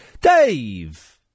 Dave